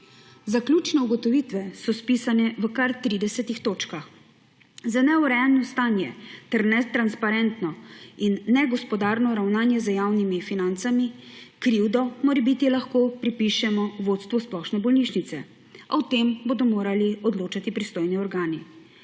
Zaključne ugotovitve so spisane v kar 30 točkah. Za neurejeno stanje ter netransparentno in negospodarno ravnanje z javnimi financami krivdo morebiti lahko prepišemo vodstvu splošne bolnišnice, a o tem bodo morali odločati pristojni organi.